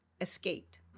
escaped